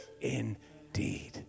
indeed